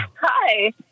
Hi